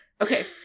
okay